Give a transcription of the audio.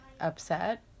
upset